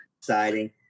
exciting